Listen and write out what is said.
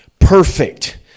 perfect